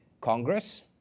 Congress